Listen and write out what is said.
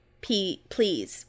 please